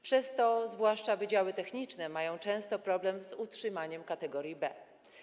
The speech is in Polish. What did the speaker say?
Przez to zwłaszcza wydziały techniczne mają często problem z utrzymaniem kategorii B.